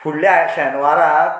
फुडल्या शेनवाराक